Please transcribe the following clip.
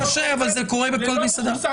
קשה לשמוע אבל זה קורה בכל מסעדה.